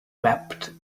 wept